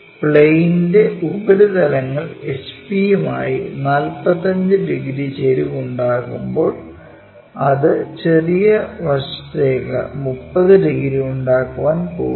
പ്ലെയ്നിന്റെ ഉപരിതലങ്ങൾ HP യുമായി 45 degree ചെരിവ് ഉണ്ടാക്കുമ്പോൾ അത് ചെറിയ വശത്തേക്ക് 30 ഡിഗ്രി ഉണ്ടാക്കാൻ പോകുന്നു